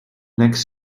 next